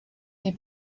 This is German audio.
die